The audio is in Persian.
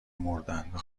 مردن، به